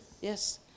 Yes